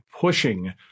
pushing